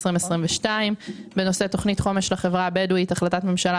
2022 בנושא תוכנית חומש לחברה הבדואית; החלטת ממשלה